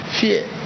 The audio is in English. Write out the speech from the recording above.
fear